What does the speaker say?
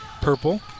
purple